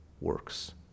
works